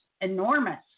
enormous